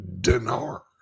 dinar